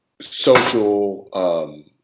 social